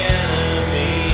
enemy